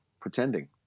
pretending